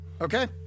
Okay